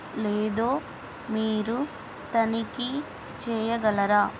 లేదో మీరు తనిఖీ చెయ్యగలరా